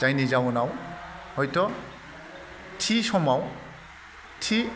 जायनि जाउनाव हयथ' थि समाव थि